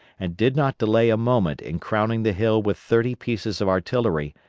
and did not delay a moment in crowning the hill with thirty pieces of artillery,